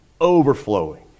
overflowing